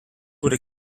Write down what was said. would